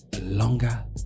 longer